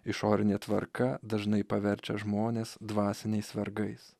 išorinė tvarka dažnai paverčia žmones dvasiniais vergais